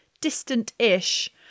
distant-ish